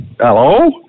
Hello